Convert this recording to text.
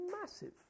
massive